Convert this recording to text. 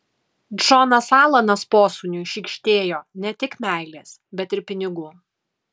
džonas alanas posūniui šykštėjo ne tik meilės bet ir pinigų